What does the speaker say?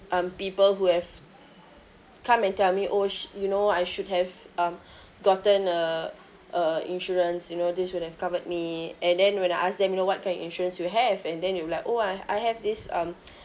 um people who have come and tell me oh s~ you know I should have um gotten a uh insurance you know this would have covered me and then when I ask them you know what kind of insurance you have and then they'll be like oh I I have this um